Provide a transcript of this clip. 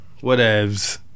Whatevs